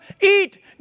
eat